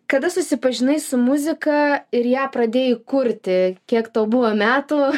kada susipažinai su muzika ir ją pradėjai kurti kiek tau buvo metų